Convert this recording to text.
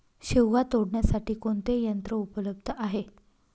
शेवगा तोडण्यासाठी कोणते यंत्र उपलब्ध आहे?